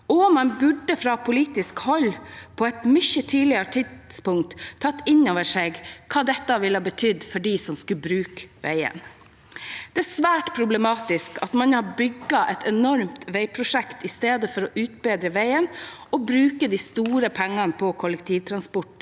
og man burde fra politisk hold – på et mye tidligere tidspunkt – ha tatt inn over seg hva dette ville bety for dem som skal bruke veien. Det er svært problematisk at man har bygget et enormt veiprosjekt i stedet for å utbedre veien og bruke de store pengene på kollektivtransporten